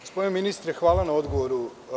Gospodine ministre, hvala na odgovoru.